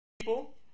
people